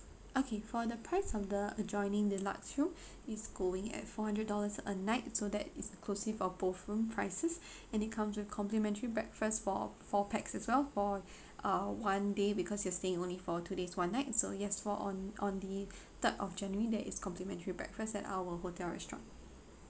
okay for the price of the adjoining deluxe room is going at four hundred dollars a night so that is inclusive of both room prices and it comes with complimentary breakfast for four pax as well for uh one day because you stay only for two days one night so yes for on on the third of january that is complimentary breakfast at our hotel restaurant